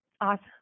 Awesome